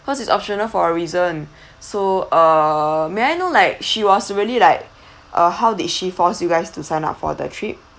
cause it's optional for a reason so uh may I know like she was really like uh how did she force you guys to sign up for the trip